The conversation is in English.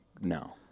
No